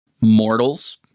mortals